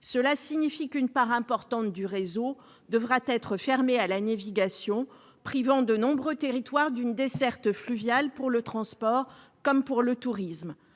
termes, une part importante du réseau devra être fermée à la navigation, ce qui privera de nombreux territoires d'une desserte fluviale pour le transport comme le tourisme.